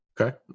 Okay